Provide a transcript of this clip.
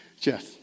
Jeff